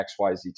XYZ